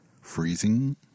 freezing